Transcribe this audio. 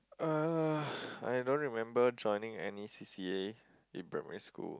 uh I don't remember joining any C_C_A in primary school